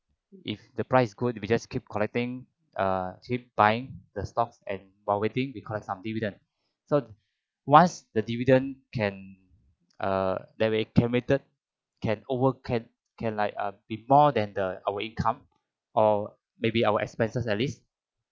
if the price good we just keep collecting uh keep buying the stocks and while waiting we collect some dividend so once the dividend can err that we accumulated can over can can like uh be more than the our income or maybe our expenses at least